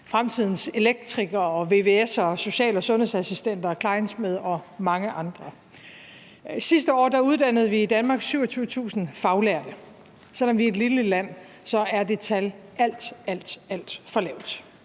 fremtidens elektrikere, vvs'ere, social- og sundhedsassistenter, klejnsmede og mange andre. Sidste år uddannede vi i Danmark 27.000 faglærte. Selv om vi er et lille land, er det tal alt, alt for lavt.